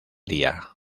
día